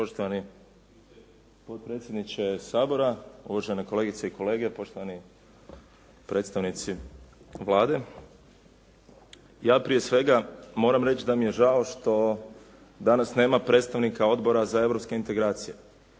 Poštovani potpredsjedniče Sabora, uvažene kolegice i kolege, poštovani predstavnici Vlade. Ja prije svega moram reći da mi je žao što danas nema predstavnika Odbora za europske integracije